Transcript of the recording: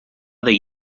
other